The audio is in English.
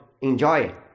Enjoy